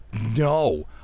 No